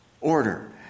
order